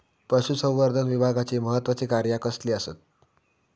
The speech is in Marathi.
पशुसंवर्धन विभागाची महत्त्वाची कार्या कसली आसत?